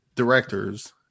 directors